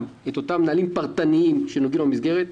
את אותם נהלים פרטניים שנוגעים למסגרת.